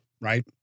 right